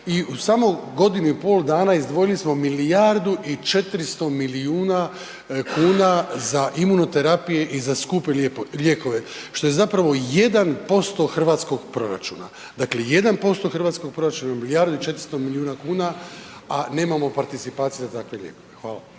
i samo u godinu i pol dana izdvojili smo milijardu i 400 milijuna kuna za imuno terapije i za skupe lijekove, što je zapravo 1% hrvatskog proračuna, dakle 1% hrvatskog proračuna milijardu i 400 milijuna kuna, a nemamo participacije za takve lijekove. Hvala.